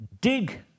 dig